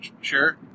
sure